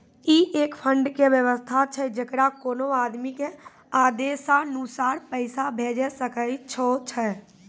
ई एक फंड के वयवस्था छै जैकरा कोनो आदमी के आदेशानुसार पैसा भेजै सकै छौ छै?